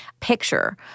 picture